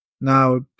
Now